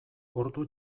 ordu